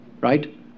Right